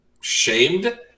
shamed